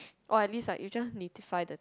or at least like you just need to find the